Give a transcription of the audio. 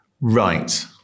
Right